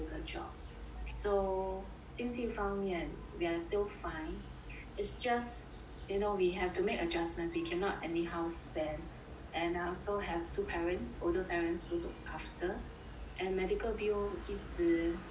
so 经济方面 we are still fine it's just you know we have to make adjustments we cannot anyhow spend and I also have two parents older parents to look after and medical bill 一直